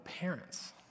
parents